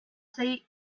sei